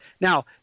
now